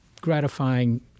gratifying